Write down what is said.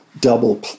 double